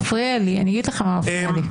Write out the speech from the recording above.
אני אגיד לך מה מפריע לי.